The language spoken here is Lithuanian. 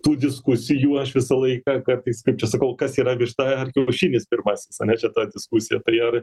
tų diskusijų aš visą laiką kartais kaip čia sakau kas yra višta ar kiaušinis pirmas ane čia ta diskusija tai ar